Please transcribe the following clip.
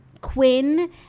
Quinn